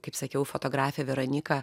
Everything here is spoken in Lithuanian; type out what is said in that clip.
kaip sakiau fotografė veronyka